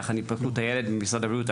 יחד עם התפתחות הילד ממשרד הבריאות,